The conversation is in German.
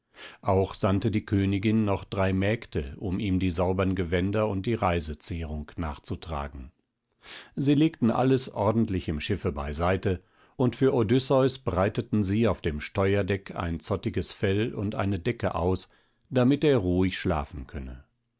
auch sandte die königin noch drei mägde um ihm die saubern gewänder und die reisezehrung nachzutragen sie legten alles ordentlich im schiffe beiseite und für odysseus breiteten sie auf dem steuerdeck ein zottiges fell und eine decke aus damit er ruhig schlafen könne